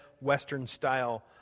Western-style